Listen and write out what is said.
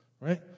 Right